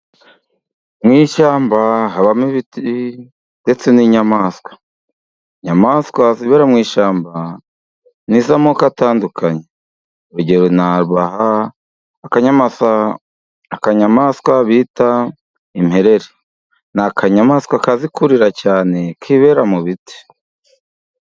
Mu ishyamba habamo ibiti ndetse n'inyamaswa. Inyamaswa zibera mu ishyamba n'iz'amoko atandukanye. Urugero nabaha ni akanyamaswa akanyamaswa bita imperere. Ni Akanyamaswa kazi kurira cyane kibera mu biti.